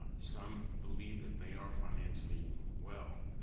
ah some believe that they are financially well,